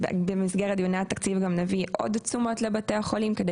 במסגרת דיוני התקציב גם נביא עוד תשומות לבתי החולים כדי